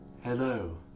Hello